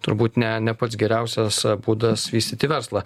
turbūt ne ne pats geriausias būdas vystyti verslą